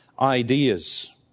ideas